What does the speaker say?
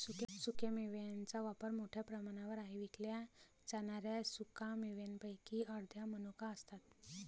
सुक्या मेव्यांचा वापर मोठ्या प्रमाणावर आहे विकल्या जाणाऱ्या सुका मेव्यांपैकी अर्ध्या मनुका असतात